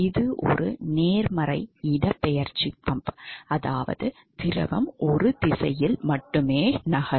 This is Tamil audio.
இது ஒரு நேர்மறை இடப்பெயர்ச்சி பம்ப் அதாவது திரவம் ஒரு திசையில் மட்டுமே நகரும்